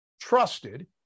trusted